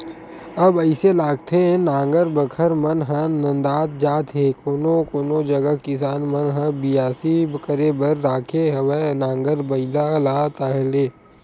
अब अइसे लागथे नांगर बखर मन ह नंदात जात हे कोनो कोनो जगा किसान मन ह बियासी करे बर राखे हवय नांगर बइला ला ताहले